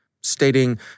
stating